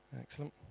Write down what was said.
Excellent